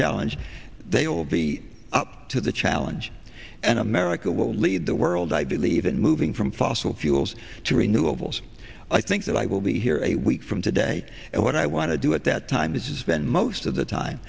challenge they will be up to the challenge and america will lead the world i believe in moving from fossil fuels to renewables i think that i will be here a week from today and what i want to do at that time this is spend most of the time